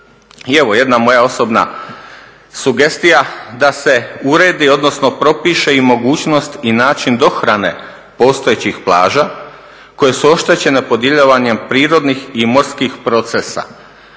I evo jedna moja osobna sugestija, da se uredi odnosno propiše i mogućnost i način dohrane postojećih plaža koje su oštećene djelovanjem prirodnih i morskih procesa.